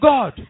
God